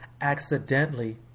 accidentally